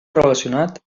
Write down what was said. relacionat